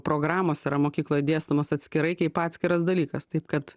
programos yra mokykloje dėstomos atskirai kaip atskiras dalykas taip kad